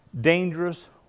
dangerous